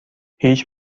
هیچ